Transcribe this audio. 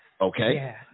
Okay